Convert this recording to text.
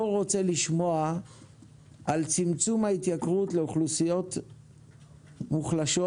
רוצה לשמוע על צמצום ההתייקרות לאוכלוסיות מוחלשות,